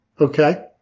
Okay